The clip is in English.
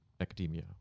academia